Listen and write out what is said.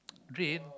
drain